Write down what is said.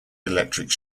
electric